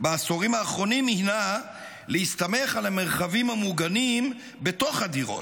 בעשורים האחרונים הינה להסתמך על המרחבים המוגנים בתוך הדירות.